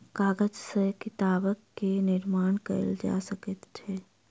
कागज से किताब के निर्माण कयल जा सकै छै